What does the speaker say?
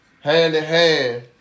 hand-in-hand